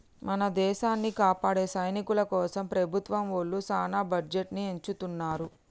మన దేసాన్ని కాపాడే సైనికుల కోసం ప్రభుత్వం ఒళ్ళు సాన బడ్జెట్ ని ఎచ్చిత్తున్నారు